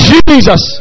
Jesus